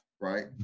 right